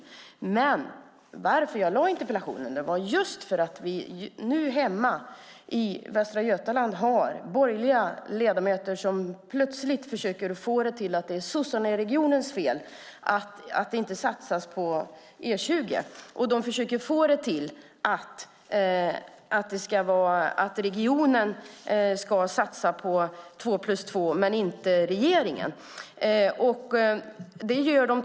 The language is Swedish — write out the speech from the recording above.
Skälet till att jag ställde interpellationen är att vi därhemma i Västra Götaland har borgerliga ledamöter som försöker få det till att det är sossarnas fel att det inte satsas på E20. De hävdar att regionen ska satsa på två-plus-två-väg men inte regeringen.